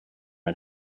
and